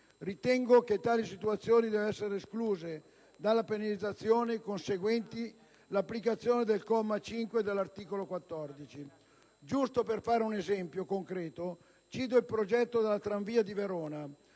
Ritengo che tali situazioni debbano essere escluse dalle penalizzazioni conseguenti all'applicazione del comma 5 dell'articolo 14. Giusto per fare un esempio concreto, cito il progetto della tramvia di Verona,